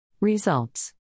Results